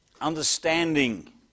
understanding